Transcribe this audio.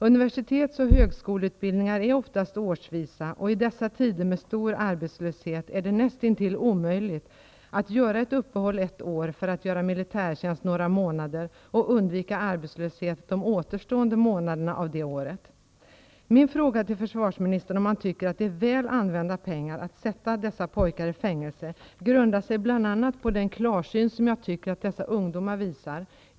Universitets och högskoleutbildningar är oftast årsvisa, och i dessa tider med stor arbetslöshet är det nästintill omöjligt att göra ett uppehåll ett år för att göra militärtjänst några månader och undvika arbetslöshet de återstående månaderna av det året. Min fråga till försvarsministern om han tycker att det är väl använda pengar att sätta dessa pojkar i fängelse grundar sig bl.a. på den klarsyn som jag tycker att dessa ungdomar visar.